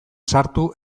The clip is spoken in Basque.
sartu